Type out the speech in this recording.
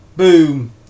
Boom